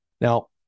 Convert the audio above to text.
Now